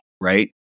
right